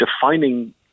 defining